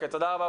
תודה רבה.